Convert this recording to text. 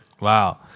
Wow